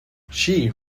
she